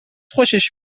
خوشش